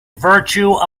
virtue